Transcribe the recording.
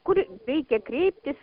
kur reikia kreiptis